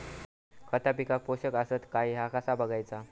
खता पिकाक पोषक आसत काय ह्या कसा बगायचा?